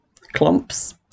clumps